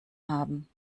haben